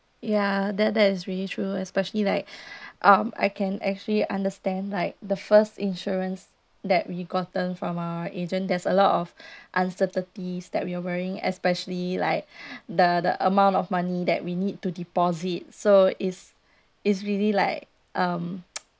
ya that that is really true especially like um I can actually understand like the first insurance that we gotten from our agent there's a lot of uncertainties that we are worrying especially like the the amount of money that we need to deposit so is is really like um